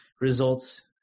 results